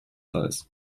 eis